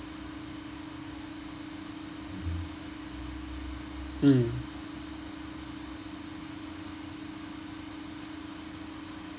mm